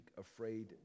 afraid